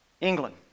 England